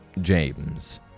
James